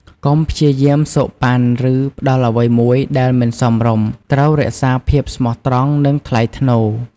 កុំព្យាយាមសូកប៉ាន់ ឬផ្ដល់អ្វីមួយដែលមិនសមរម្យ ត្រូវរក្សាភាពស្មោះត្រង់ និងថ្លៃថ្នូរ។